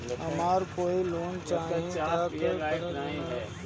हमरा कोई लोन चाही त का करेम?